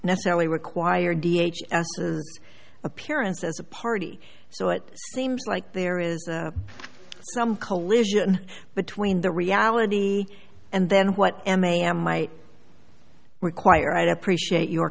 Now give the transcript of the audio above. necessarily require d h appearance as a party so it seems like there is some collision between the reality and then what mam might require i'd appreciate your